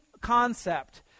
concept